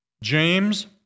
James